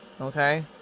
Okay